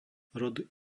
rod